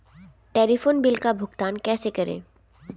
Telephone bill का भुगतान कैसे करें?